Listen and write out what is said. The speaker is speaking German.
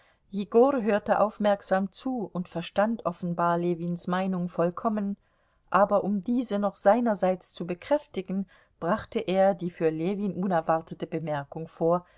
hörte aufmerksam zu und verstand offenbar ljewins meinung vollkommen aber um diese noch seinerseits zu bekräftigen brachte er die für ljewin unerwartete bemerkung vor